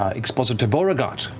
ah expositor beauregard,